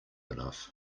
enough